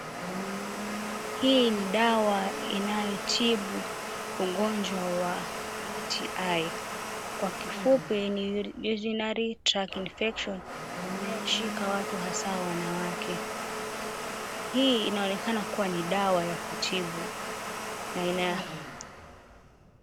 Hii ni dawa inayotibu ugonjwa wa UTI kwa kifupi ni Urinary tract infection inayoshika watu hasaa wanawake. Hi inaonekana kuwa ni dawa ya kutibu.